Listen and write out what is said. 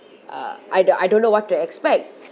uh I don't I don't know what to expect